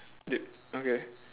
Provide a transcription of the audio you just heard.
d~ okay